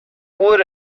would